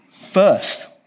first